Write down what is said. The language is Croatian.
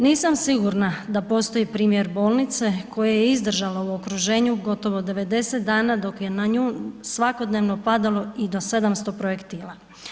Nisam sigurna da postoji primjer bolnice koja je izdržala u okruženju gotovo 90 dana dok je na nju svakodnevno padalo i to 700 projektila.